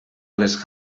les